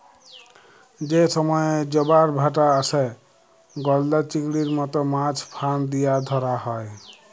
যে সময়ে জবার ভাঁটা আসে, গলদা চিংড়ির মত মাছ ফাঁদ দিয়া ধ্যরা হ্যয়